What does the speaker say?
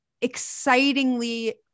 excitingly